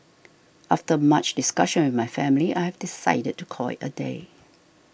after much discussion with my family I've decided to call it a day